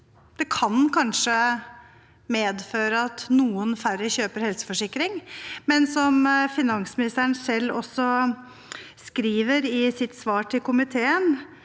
Det kan kanskje medføre at noen færre kjøper helseforsikring, men finansministeren skriver selv i sitt svar til komiteen